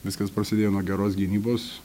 viskas prasidėjo nuo geros gynybos